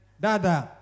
dada